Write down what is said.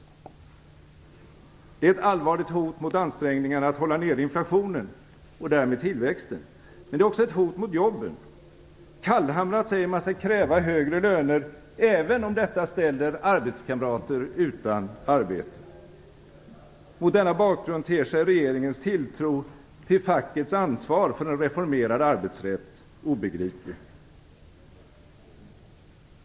Det är ett allvarligt hot mot ansträngningarna att hålla nere inflationen och därmed tillväxten. Det är också ett hot mot jobben - kallhamrat säger man sig kräva högre löner, även om detta ställer arbetskamrater utan arbete. Mot denna bakgrund ter sig regeringens tilltro till fackets ansvar för en reformerad arbetsrätt obegriplig.